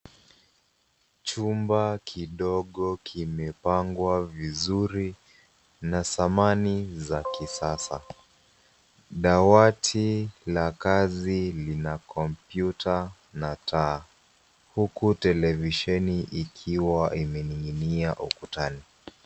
Chumba kidogo kimepangwa vizuri na samani za kisasa. Dawati la kazi lina kompyuta na taa huku television ikiwa imening'inia ukutani.